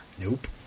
Nope